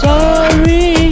Sorry